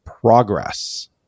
progress